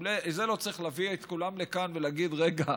אם זה לא צריך להביא את כולם לכאן ולהגיד: רגע,